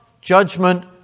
judgment